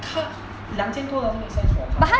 他两千多 doesn't make sense to have a car right